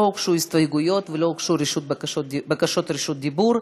לא הוגשו הסתייגויות ולא הוגשו בקשות רשות דיבור,